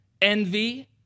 envy